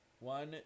One